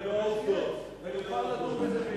נוכל לדון בזה ביחד.